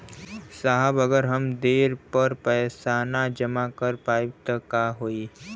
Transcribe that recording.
साहब अगर हम ओ देट पर पैसाना जमा कर पाइब त का होइ?